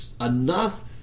enough